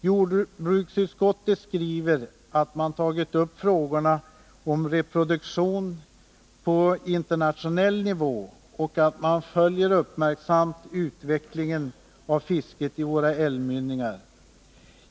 Jordbruksutskottet skriver att man tagit upp frågorna om reproduktion på internationell nivå och att man uppmärksamt följer utvecklingen av fisket i våra älvmynningar.